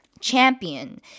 Champion